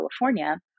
California